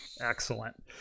Excellent